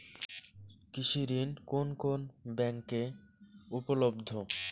কৃষি ঋণ কোন কোন ব্যাংকে উপলব্ধ?